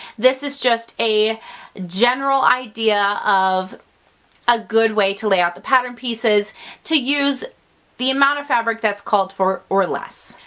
this is just a general idea of a good way to lay out the pattern pieces to use the amount of fabric that's called for or less.